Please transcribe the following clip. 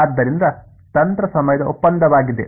ಆದ್ದರಿಂದ ತಂತ್ರ ಸಮಯದ ಒಪ್ಪಂದವಾಗಿದೆ